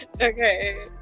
okay